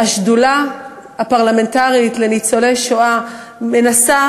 השדולה הפרלמנטרית למען ניצולי השואה מנסה